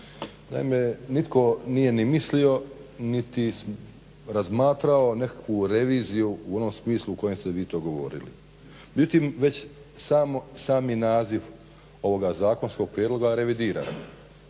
naime nitko nije ni mislio niti razmatrao nekakvu reviziju u onom smislu u kojem ste vi to govorili. Međutim već sami naziv ovog zakonskog prijedloga revidira.